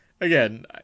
Again